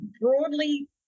broadly